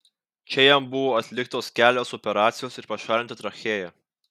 čia jam buvo atliktos kelios operacijos ir pašalinta trachėja